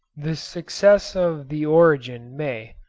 the success of the origin may,